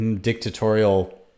dictatorial